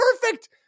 perfect